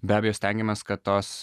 be abejo stengiamės kad tos